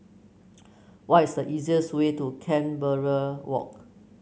what is the easiest way to Canberra Walk